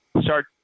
start